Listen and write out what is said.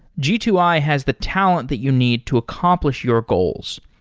g two i has the talent that you need to accomplish your goals.